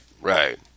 right